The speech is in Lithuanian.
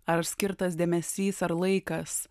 ar skirtas dėmesys ar laikas